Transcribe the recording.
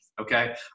Okay